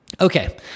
Okay